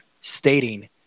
stating